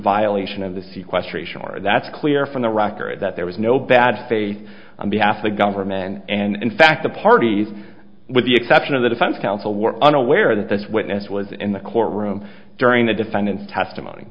violation of the few questions that's clear from the record that there was no bad faith on behalf of the government and in fact the parties with the exception of the defense counsel were unaware that this witness was in the courtroom during the defendant's testimony